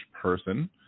person